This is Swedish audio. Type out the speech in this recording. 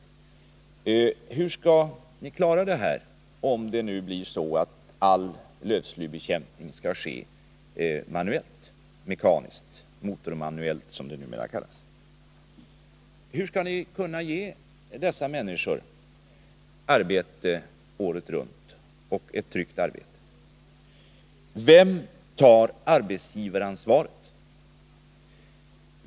Hur skall ni klara detta, om det blir så att all lövslybekämpning skall ske manuellt och mekaniskt, motormanuellt som det numera kallas? Hur skall ni kunna ge dessa människor arbete året runt — ett tryggt arbete? Och vem tar arbetsgivaransvaret?